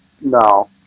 No